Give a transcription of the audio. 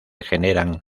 generan